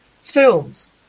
films